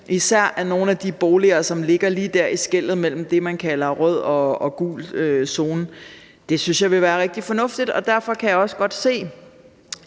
for nogle af de boliger, der ligger lige i skellet mellem det, man kalder rød og gul zone. Det synes jeg ville være rigtig fornuftigt Derfor kan jeg også godt se,